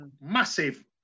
massive